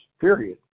Period